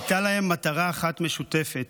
הייתה להם מטרה אחת משותפת: